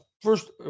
First